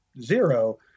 zero